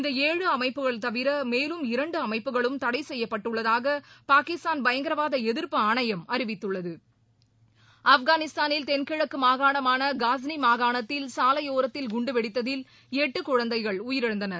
இந்த ஏழு அமைப்புகள் தவிர மேலும் இரண்டு அமைப்புகளும் தடை செய்யப்பட்டுள்ளதாக பாகிஸ்தான பயங்கரவாத எதிர்ப்பு ஆணையம் அறிவித்துள்ளது ஆப்கானிஸ்தானில் தென்கிழக்கு மாகாணமான கஜினி மாகாணத்தில் சாலையோரத்தில் குண்டு வெடித்ததில் எட்டு குழந்தைகள் உயிரிழந்தன